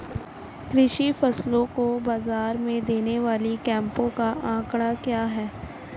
कृषि फसलों को बाज़ार में देने वाले कैंपों का आंकड़ा क्या है?